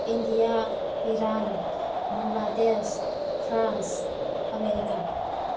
India Iran Bangladesh France America